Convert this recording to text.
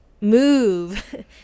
move